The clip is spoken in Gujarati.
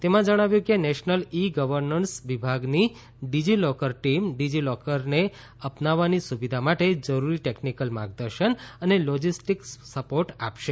તેમાં જણાવ્યું છે કે નેશનલ ઇ ગવર્નન્સ વિભાગની ડિજિલોકર ટીમ ડિજિલોકરને અપનાવવાની સુવિધા માટે જરૂરી ટેકનીકલ માર્ગદર્શન અને લોજિસ્ટિક સપોર્ટ આપશે